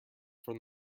from